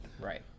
Right